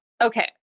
Okay